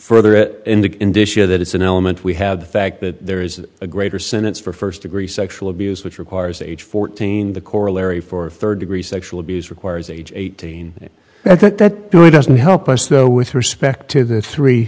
further it in the condition that it's an element we have the fact that there is a greater sentence for first degree sexual abuse which requires age fourteen the corollary for third degree sexual abuse requires age eighteen i think that doesn't help us though with respect to the three